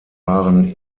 waren